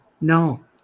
no